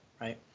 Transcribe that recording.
right